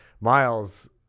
Miles